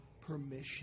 permission